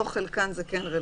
פה "חלקן" זה כן רלוונטי,